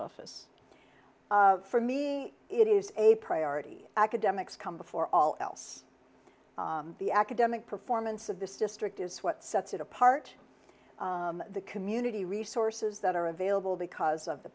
office for me it is a priority academics come before all else the academic performance of this district is what sets it apart the community resources that are available because of the